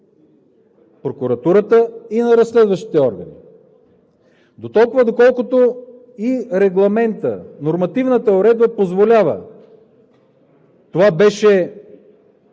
Прокуратурата и на разследващите органи – доколкото и регламентът и нормативната уредба позволява. Това беше